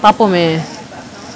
பாப்போமே:paapomae